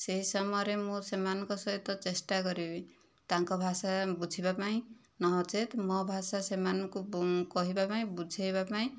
ସେ ସମୟରେ ମୁଁ ସେମାନଙ୍କ ସହିତ ଚେଷ୍ଟା କରିବି ତାଙ୍କ ଭାଷା ବୁଝିବା ପାଇଁ ନହଚେତ ମୋ ଭାଷା ସେମାନଙ୍କୁ କହିବା ପାଇଁ ବୁଝାଇବା ପାଇଁ